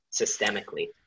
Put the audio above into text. systemically